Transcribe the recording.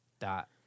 Dot